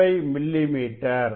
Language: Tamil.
95 மில்லிமீட்டர்